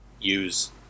use